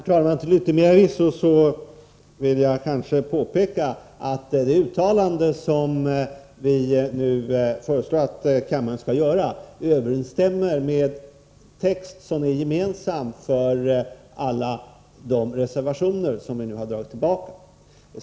Herr talman! Till yttermera visso vill jag påpeka att det uttalande som vi nu föreslår att kammaren skall göra överensstämmer med text som är gemensam för alla reservationer som vi nu har dragit tillbaka.